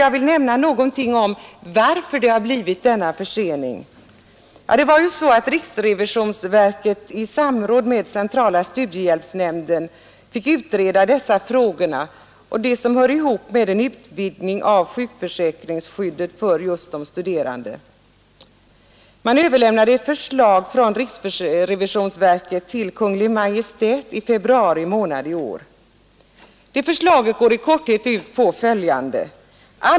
Jag vill också nämna någonting om varför denna försening har uppkommit. Det var så att riksrevisionsverket i samråd med centrala studiehjälpsnämnden fick utreda dessa frågor och de frågor som hör ihop med en utvidgning av sjukförsäkringsskyddet för de studerande. Riksrevi sionsverket överlämnade ett förslag till Kungl. Maj:t i februari månad i år. Det förslaget går i korthet ut på följande.